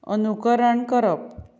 अनुकरण करप